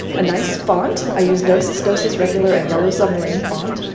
a nice font. i use dosis, dosis regular, and yellow submarine font,